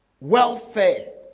welfare